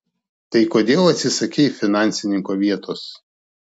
tai kodėl atsisakei finansininko vietos